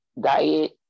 diet